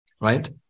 right